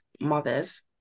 mothers